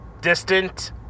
distant